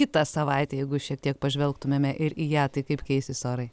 kitą savaitę jeigu šiek tiek pažvelgtumėme ir į ją tai kaip keisis orai